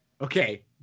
okay